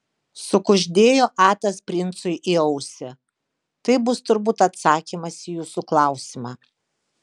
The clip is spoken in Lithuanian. sukuždėjo atas princui į ausį tai bus turbūt atsakymas į jūsų klausimą